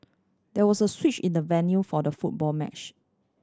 there was a switch in the venue for the football match